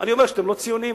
אני אומר שאתם לא ציונים.